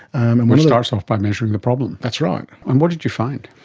and which starts off by measuring the problem. that's right. and what did you find?